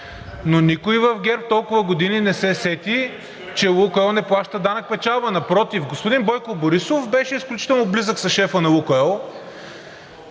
но никой в ГЕРБ толкова години не се сети, че „Лукойл” не плаща данък печалба. Напротив, господин Бойко Борисов беше изключително близък с шефа на „Лукойл”